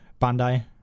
Bandai